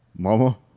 Mama